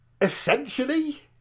Essentially